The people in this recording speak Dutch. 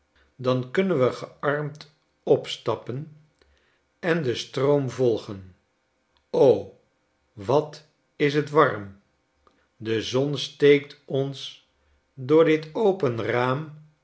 dan kunnen we gearmd opstappen en den stroom volgen wat is t warm de zon steekt ons door dit open raam